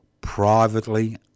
privately